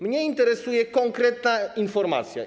Mnie interesuje konkretna informacja.